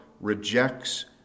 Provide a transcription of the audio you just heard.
rejects